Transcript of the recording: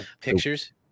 Pictures